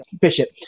Bishop